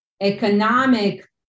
economic